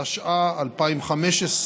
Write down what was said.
התשע"ה 2015,